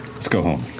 let's go home.